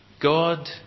God